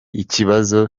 ikibazo